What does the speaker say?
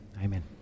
Amen